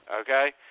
okay